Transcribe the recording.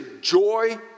joy